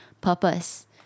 purpose